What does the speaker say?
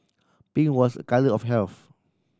pink was a colour of health